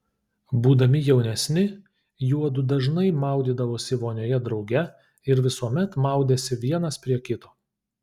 būdami jaunesni juodu dažnai maudydavosi vonioje drauge ir visuomet maudėsi vienas prie kito